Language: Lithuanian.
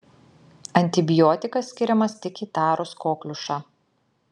antibiotikas skiriamas tik įtarus kokliušą